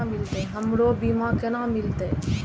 हमरो बीमा केना मिलते?